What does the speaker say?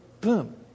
boom